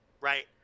right